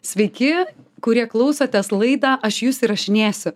sveiki kurie klausotės laidą aš jus įrašinėsiu